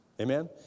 Amen